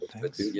thanks